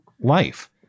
life